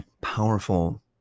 powerful